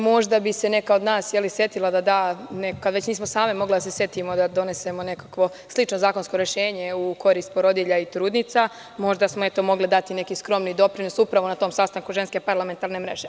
Možda bi se neka od nas i setila da da neka, kad već same nismo mogle da se setimo da donesemo nekakvo slično zakonsko rešenje u korist porodilja i trudnica možda smo eto mogle dati neki skromni doprinos upravo na tom sastanku Ženske parlamentarne mreže.